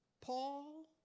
Paul